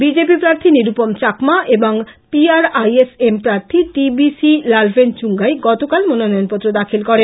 BJP প্রার্থী নিরূপম চাকমা এবং P R I S M প্রার্থী টি বি সি লালভেনচুঙ্গাই গতকাল মনোনয়ন পত্র দাখিল করেছেন